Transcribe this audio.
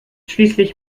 schließlich